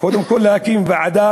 קודם כול, להקים ועדה